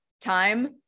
time